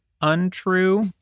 untrue